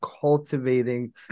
cultivating